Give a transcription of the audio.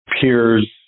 peers